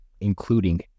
including